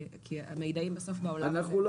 כי המיידעים בסוף בעולם הזה -- אנחנו לא